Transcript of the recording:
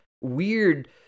weird